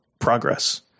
progress